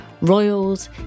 Royals